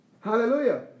Hallelujah